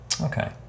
okay